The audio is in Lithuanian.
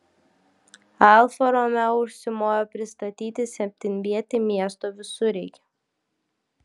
alfa romeo užsimojo pristatyti septynvietį miesto visureigį